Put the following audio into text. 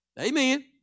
Amen